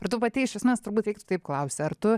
ar tu pati iš esmės turbūt taip klausia ar tu